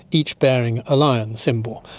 each bearing a lion symbol.